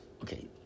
Okay